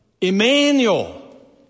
Emmanuel